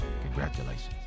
congratulations